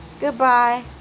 Goodbye